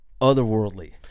otherworldly